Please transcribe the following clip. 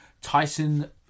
Tyson